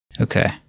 Okay